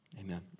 Amen